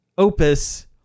Opus